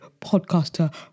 Podcaster